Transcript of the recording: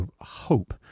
hope